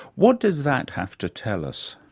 what does that have to tell us?